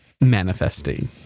manifesting